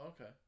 okay